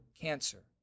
cancer